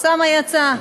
אוסאמה יצא.